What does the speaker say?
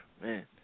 man